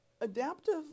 Adaptive